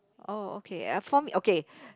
oh okay uh for me okay